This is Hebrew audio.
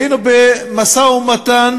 היינו במשא-ומתן